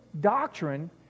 doctrine